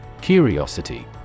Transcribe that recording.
Curiosity